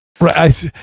Right